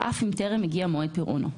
אף אם טרם הגיע מועד פירעונו.